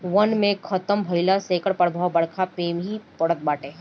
वन के खतम भइला से एकर प्रभाव बरखा पे भी पड़त बाटे